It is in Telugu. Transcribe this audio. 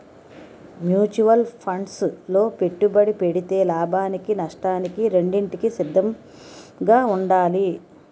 మ్యూచువల్ ఫండ్సు లో పెట్టుబడి పెడితే లాభానికి నష్టానికి రెండింటికి సిద్ధంగా ఉండాలి